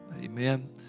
Amen